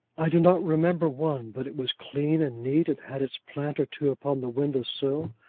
i do not remember one but it was clean and neat, and had its plant or two upon the window-sill,